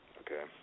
okay